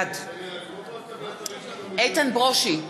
בעד איתן ברושי,